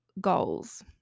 goals